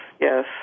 yes